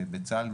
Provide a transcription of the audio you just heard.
בצה"ל,